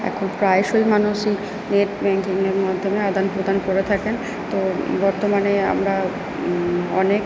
এখন প্রায়শই মানুষ এই নেট ব্যাংকিংয়ের মাধ্যমে আদানপ্রদান করে থাকেন তো বর্তমানে আমরা অনেক